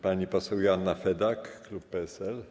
Pani poseł Joanna Fedak, klub PSL.